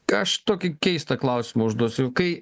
aš tokį keistą klausimą užduosiu kai